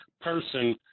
person